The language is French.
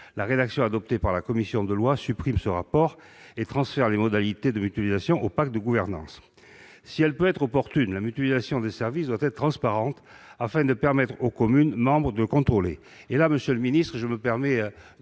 La rédaction adoptée par la commission des lois supprime ce rapport et transfère les modalités de mutualisation au pacte de gouvernance. Si elle peut être opportune, la mutualisation des services doit être transparente, afin de permettre aux communes membres de la contrôler. Au sujet de la transparence,